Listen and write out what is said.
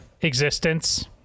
existence